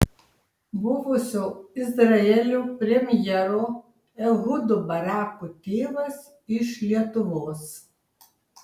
buvusio izraelio premjero ehudo barako tėvas iš lietuvos